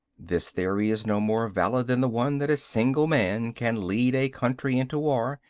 this theory is no more valid than the one that a single man can lead a country into war,